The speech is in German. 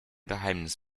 geheimnis